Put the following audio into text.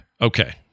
Okay